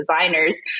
designers